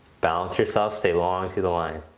balance yourself, stay long through the line.